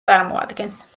წარმოადგენს